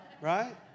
Right